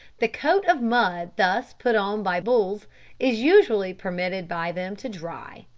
the coat of mud thus put on by bulls is usually permitted by them to dry,